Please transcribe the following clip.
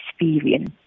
experience